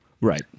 Right